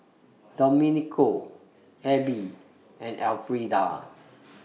Domenico Abbey and Elfreda